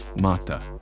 mata